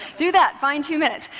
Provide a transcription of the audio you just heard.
do that. find two minutes.